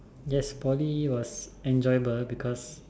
yes Poly was enjoyable because